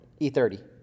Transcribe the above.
E30